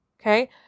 Okay